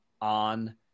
on